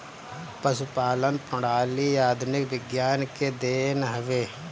पशुपालन प्रणाली आधुनिक विज्ञान के देन हवे